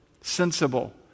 sensible